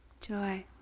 joy